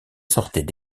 sortaient